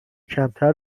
کمتر